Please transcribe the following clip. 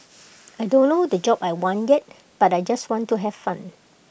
I don't know the job I want yet but I just want to have fun